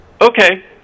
Okay